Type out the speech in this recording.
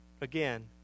again